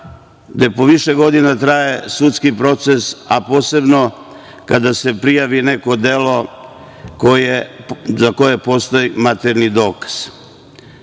gde po više godina traje sudski proces, a posebno kada se prijavi neko delo za koje postoji materijalni